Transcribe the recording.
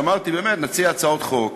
אמרתי שנציע הצעות חוק